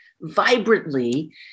vibrantly